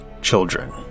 children